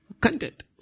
content